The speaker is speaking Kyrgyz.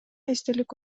эстелик